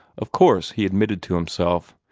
of course, he admitted to himself,